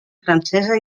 francesa